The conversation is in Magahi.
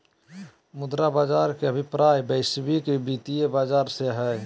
मुद्रा बाज़ार के अभिप्राय वैश्विक वित्तीय बाज़ार से हइ